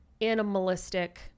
animalistic